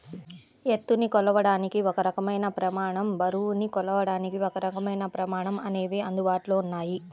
ఎత్తుని కొలవడానికి ఒక రకమైన ప్రమాణం, బరువుని కొలవడానికి ఒకరకమైన ప్రమాణం అనేవి అందుబాటులో ఉన్నాయి